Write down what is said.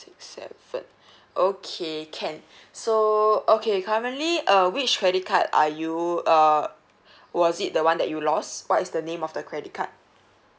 six seven okay can so okay currently uh which credit card are you uh was it the one that you lost what is the name of the credit card